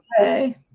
Okay